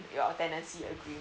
your tenancy agreement